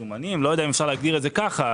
אני לא יודע אם אפשר להגדיר את זה כתזרים מזומנים.